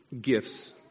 gifts